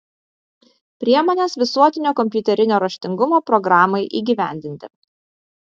priemonės visuotinio kompiuterinio raštingumo programai įgyvendinti